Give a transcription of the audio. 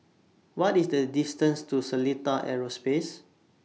What IS The distance to Seletar Aerospace